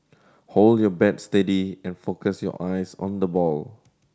hold your bat steady and focus your eyes on the ball